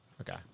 okay